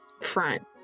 front